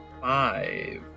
Five